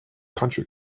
country